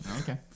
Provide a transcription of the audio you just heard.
Okay